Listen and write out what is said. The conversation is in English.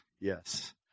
Yes